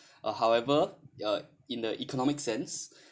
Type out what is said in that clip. uh however uh in the economic sense